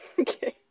Okay